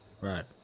Right